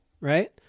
Right